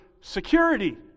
security